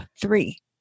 three